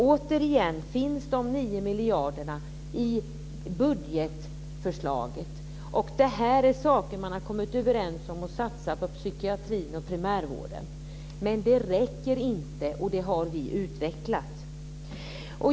Återigen finns de 9 miljarderna med i budgetförslaget. Det här rör ju saker som man har kommit överens om att satsa på psykiatrin och primärvården men det räcker inte och detta har vi utvecklat.